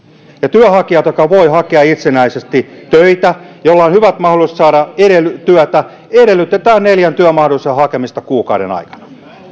työnhakijoilta jotka voivat hakea itsenäisesti töitä ja joilla on hyvät mahdollisuudet saada työtä edellytetään neljän työmahdollisuuden hakemista kuukauden aikana